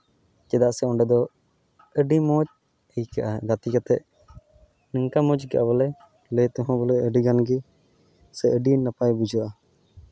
ᱪᱮᱫᱟᱜ ᱥᱮ ᱚᱸᱰᱮ ᱫᱚ ᱟᱹᱰᱤ ᱢᱚᱡᱽ ᱟᱹᱭᱠᱟᱹᱜᱼᱟ ᱜᱟᱛᱮ ᱠᱟᱛᱮᱫ ᱚᱱᱠᱟ ᱢᱚᱡᱽ ᱟᱹᱭᱠᱟᱹᱜᱼᱟ ᱵᱚᱞᱮ ᱞᱟᱹᱭ ᱛᱮᱦᱚᱸ ᱵᱚᱞᱮ ᱟᱹᱰᱤᱜᱟᱱ ᱜᱮ ᱥᱮ ᱟᱹᱰᱤ ᱱᱟᱯᱟᱭ ᱵᱩᱡᱷᱟᱹᱜᱼᱟ